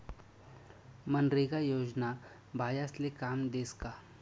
मनरेगा योजना बायास्ले काम देस का?